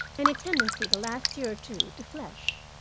and a tendency the last year or two to flesh.